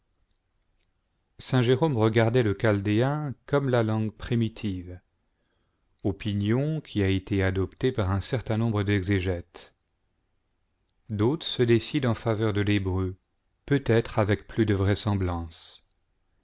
regardait le chaldéen comme la langue primitive opinion qui a été adoptée par un certain nombre d'exégètes d'autres se décident en faveur de l'hébreu peut-être avec plus de vraisemblance